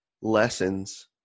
lessons